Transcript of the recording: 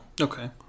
Okay